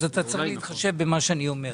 אז אתה צריך להתחשב במה שאני אומר.